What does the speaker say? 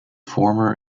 former